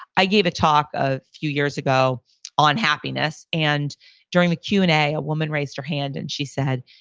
i gave a talk a few years ago on happiness. and during the q and a, a woman raised her hand and she said,